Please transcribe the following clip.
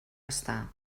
estar